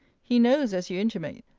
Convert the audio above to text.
he knows, as you intimate,